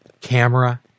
camera